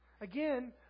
Again